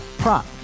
prop